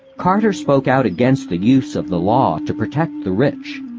carter spoke out against the use of the law to protect the rich.